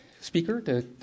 speaker